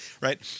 right